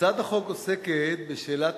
הצעת החוק התקבלה בקריאה